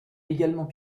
également